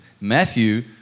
Matthew